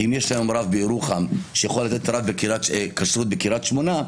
כי אם יש לי היום רב בירוחם שיכול לתת כשרות בקריית שמונה,